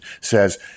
says